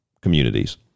communities